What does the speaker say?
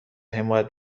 حمایت